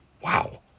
Wow